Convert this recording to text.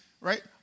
right